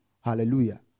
Hallelujah